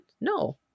No